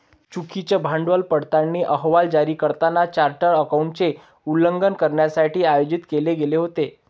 चुकीचे भांडवल पडताळणी अहवाल जारी करताना चार्टर्ड अकाउंटंटचे उल्लंघन करण्यासाठी आयोजित केले गेले होते